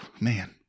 man